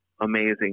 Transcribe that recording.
Amazing